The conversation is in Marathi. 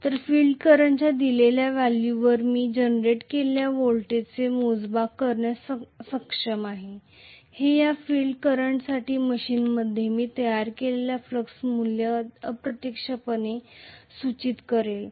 तर फील्ड करंटच्या दिलेल्या व्हॅल्यूवर मी जनरेट केलेल्या व्होल्टेजचे मोजमाप करण्यास सक्षम आहे जे या फील्ड करंटसाठी मशीनमध्ये मी तयार केलेल्या फ्लक्सचे मूल्य अप्रत्यक्षपणे सूचित करेल